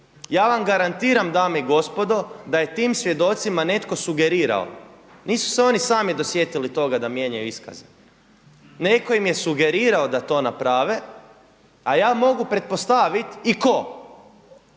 Ja vam garantiram dame i gospodo Nisu se oni sami dosjetili toga da mijenjaju iskaze, netko im je sugerirao da to naprave, a ja mogu pretpostaviti i ko.